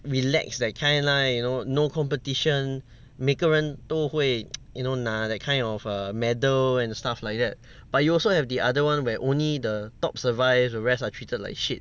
relax that kind lah you know no competition 每个人都会 you know 拿 that kind of err medal and stuff like that but you also have the other one where only the top survive the rest are treated like shit